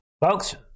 folks